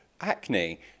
acne